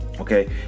Okay